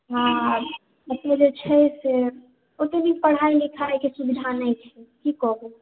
हँ एतय जे छै से ओत्ते नीक पढ़ाइ लिखाइके सुविधा नहि छै कि कहु